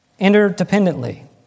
interdependently